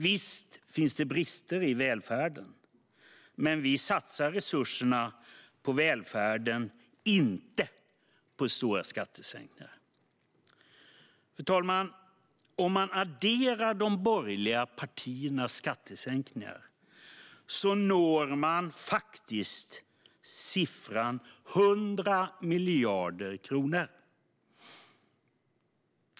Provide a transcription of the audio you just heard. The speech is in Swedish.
Visst finns det brister i välfärden, men vi satsar resurserna på välfärden, inte på stora skattesänkningar. Fru talman! Om man adderar de borgerliga partiernas skattesänkningar når man faktiskt siffran 100 miljarder kronor.